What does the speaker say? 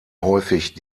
häufig